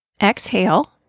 exhale